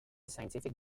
scientific